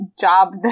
job